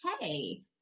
hey